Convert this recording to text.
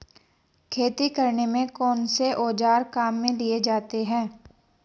खेती करने में कौनसे औज़ार काम में लिए जाते हैं?